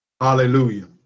Hallelujah